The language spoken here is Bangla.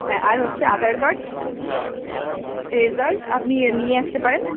হ্যাঁ আর হচ্ছে আধার কার্ড এ রেজাল্ট আপনি এ নিয়ে আসতে পারেন